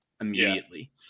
immediately